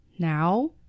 Now